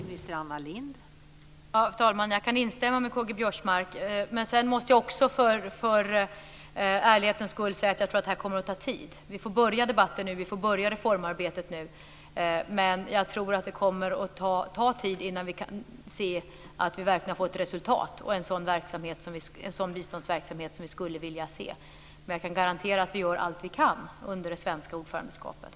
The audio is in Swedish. Fru talman! Jag kan instämma i det K-G Biörsmark säger, men sedan måste jag också i ärlighetens namn säga att jag tror att det här kommer att ta tid. Vi får börja debatten nu. Vi får börja reformarbetet nu, men jag tror att det kommer att ta tid innan vi verkligen får resultat och en sådan biståndsverksamhet som vi vill ha. Jag kan garantera att vi ska göra allt vi kan under det svenska ordförandeskapet.